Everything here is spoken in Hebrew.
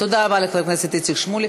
תודה רבה לחבר הכנסת איציק שמולי.